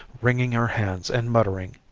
wringing her hands and muttering,